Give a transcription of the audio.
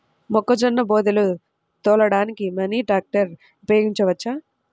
మొక్కజొన్న బోదెలు తోలడానికి మినీ ట్రాక్టర్ ఉపయోగించవచ్చా?